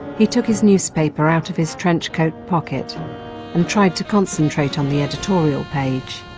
he took his newspaper out of his trench-coat pocket and tried to concentrate on the editorial page.